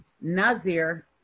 Nazir